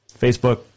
Facebook